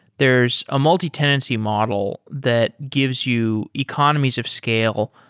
there's a multi-tenancy model that gives you economies of scale,